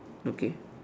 okay